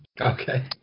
Okay